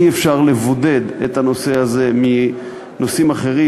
אי-אפשר לבודד את הנושא הזה מנושאים אחרים